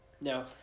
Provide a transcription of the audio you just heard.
Now